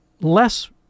less